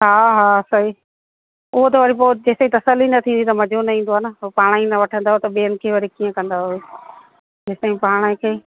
हा हा सही उहो त वरी पोइ जेसिताईं तसली न थींदी त मज़ो न ईंदो आहे न पोइ पाण ई न वठंदव त ॿियनि खे वरी कीअं कंदव जेसिताईं पाण खे